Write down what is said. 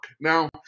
Now